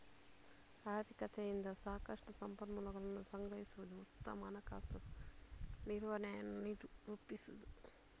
ಆರ್ಥಿಕತೆಯಿಂದ ಸಾಕಷ್ಟು ಸಂಪನ್ಮೂಲಗಳನ್ನು ಸಂಗ್ರಹಿಸುವುದು ಉತ್ತಮ ಹಣಕಾಸು ನಿರ್ವಹಣೆಯನ್ನು ರೂಪಿಸುತ್ತದೆ